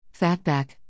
fatback